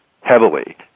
heavily